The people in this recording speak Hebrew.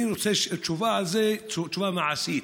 אני רוצה תשובה על זה, תשובה מעשית.